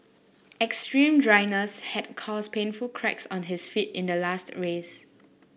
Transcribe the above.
extreme dryness had caused painful cracks on his feet in the last race